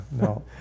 no